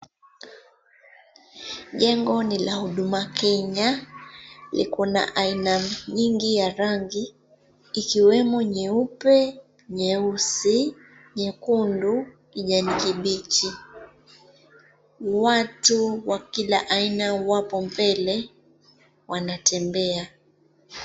Jengo ni la Huduma Kenya. Liko na aina nyingi ya rangi ikiwemo, nyeupe, nyeusi, nyekundu, kijanikibichi. Watu wa kila aina wapo mbele wanatembea.